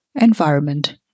environment